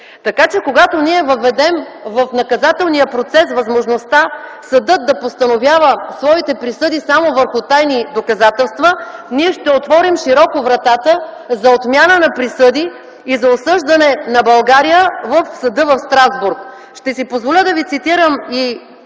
Така че, когато ние въведем в наказателния процес възможността съдът да постановява своите присъди само върху тайни доказателства, ние ще отворим широко вратата за отмяна на присъди и за осъждане на България в съда в Страсбург. Ще си позволя да ви цитирам и